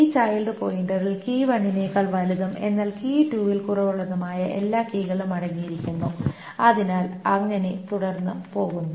ഈ ചൈൽഡ് പോയിന്ററിൽ നേക്കാൾ വലുതും എന്നാൽ ൽ കുറവുള്ളതുമായ എല്ലാ കീകളും അടങ്ങിയിരിക്കുന്നു അതിനാൽ അങ്ങനെ തുടർന്ന് പോകുന്നു